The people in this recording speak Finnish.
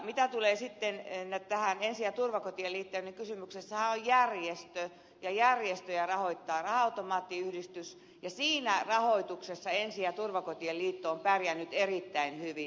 mitä tulee sitten tähän ensi ja turvakotien liittoon niin kysymyksessähän on järjestö ja järjestöjä rahoittaa raha automaattiyhdistys ja siinä rahoituksessa ensi ja turvakotien liitto on pärjännyt erittäin hyvin